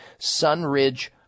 Sunridge